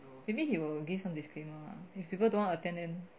maybe he will give some disclaimer lah if people don't want attend then